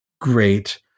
Great